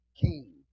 King